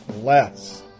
less